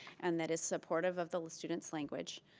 and that is supportive of the student's language.